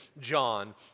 John